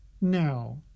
Now